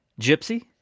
gypsy